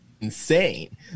insane